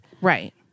Right